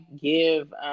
give